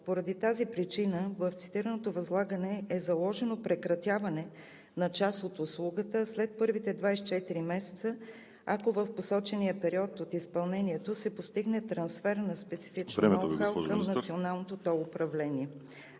Поради тази причина в цитираното възлагане е заложено прекратяване на част от услугата след първите 24 месеца, ако в посочения период от изпълнението се постигне трансфер на специфично ноу-хау... ПРЕДСЕДАТЕЛ ВАЛЕРИ